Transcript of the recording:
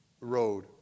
road